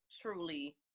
truly